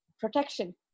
Protection